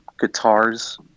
guitars